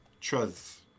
trust